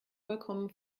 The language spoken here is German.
vollkommen